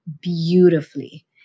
beautifully